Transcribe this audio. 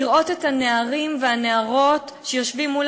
לראות את הנערים והנערות שיושבים מול